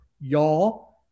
Y'all